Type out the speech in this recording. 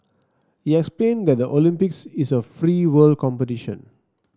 he explain that the Olympics is a free world competition